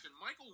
Michael